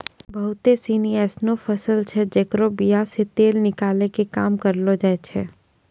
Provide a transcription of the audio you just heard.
बहुते सिनी एसनो फसल छै जेकरो बीया से तेल निकालै के काम करलो जाय छै